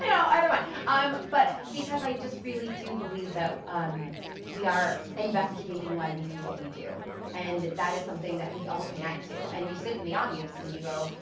and either one. um but, because i just really do believe that um we are investigating why we do what we do and that is something that we all connect to and you sit in the audience and you go,